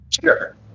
Sure